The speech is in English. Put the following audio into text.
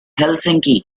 helsinki